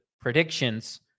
predictions